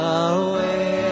away